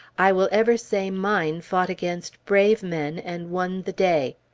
i will ever say mine fought against brave men, and won the day.